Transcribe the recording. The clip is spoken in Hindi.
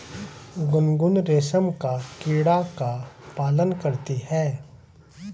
गुनगुन रेशम का कीड़ा का पालन करती है